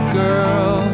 girl